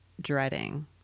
dreading